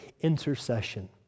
intercession